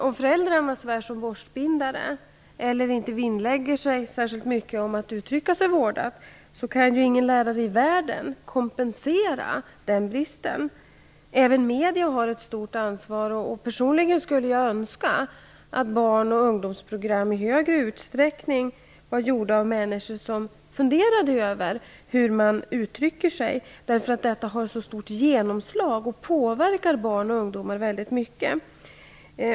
Om föräldrarna svär som borstbindare eller inte vinnlägger sig särskilt mycket om att uttrycka sig vårdat, föreligger en brist som ingen lärare i världen kan kompensera. Även medierna har ett stort ansvar. Personligen skulle jag önska att barn och ungdomsprogram i större utsträckning var gjorda av människor som funderade över hur man uttrycker sig, eftersom dessa program påverkar barn och ungdomar väldigt mycket.